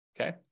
okay